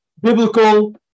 biblical